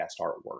artwork